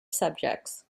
subjects